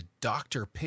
doctor